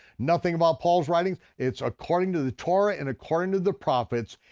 nothing about paul's writings, it's according to the torah and according to the prophets,